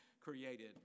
created